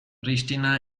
pristina